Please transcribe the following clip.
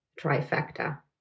trifecta